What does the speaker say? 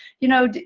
you know,